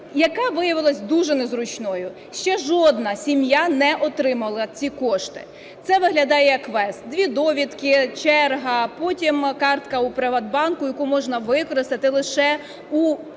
яка виявилась дуже незручною. Ще жодна сім'я не отримала ці кошти. Це виглядає як квест: дві довідки, черга, потім картка у "ПриватБанку", яку можна використати лише у